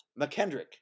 McKendrick